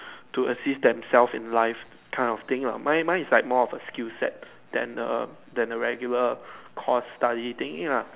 to assist themselves in life that kind of thing lah mine mine is more like a skill set than a regular course study thing lah